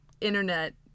internet